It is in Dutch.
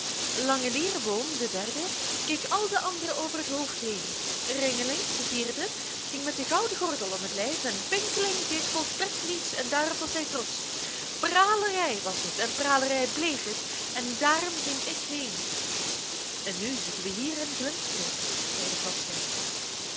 schreven langeliereboom de derde keek al de anderen over het hoofd heen ringeling de vierde ging met een gouden gordel om het lijf en pinkeling deed volstrekt niets en daarop was hij trotsch pralerij was het en pralerij bleef het en daarom ging ik heen en nu zitten we hier en glinsteren